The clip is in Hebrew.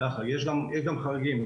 יש גם חריגים.